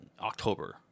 October